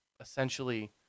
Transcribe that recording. essentially